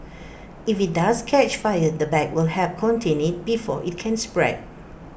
if IT does catch fire the bag will help contain IT before IT can spread